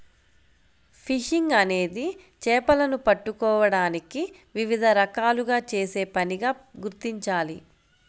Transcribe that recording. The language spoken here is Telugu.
ఫిషింగ్ అనేది చేపలను పట్టుకోవడానికి వివిధ రకాలుగా చేసే పనిగా గుర్తించాలి